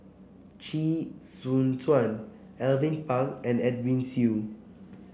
Chee Soon Juan Alvin Pang and Edwin Siew